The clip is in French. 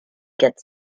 quatre